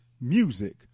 music